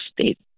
state